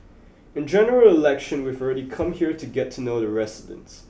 in General Election we've already come here to get to know the residents